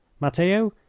matteo,